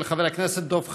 של חבר הכנסת דב חנין.